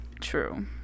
True